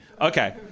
Okay